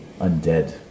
undead